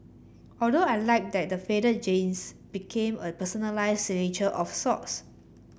although I liked that the faded jeans became a personalised signature of sorts